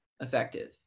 effective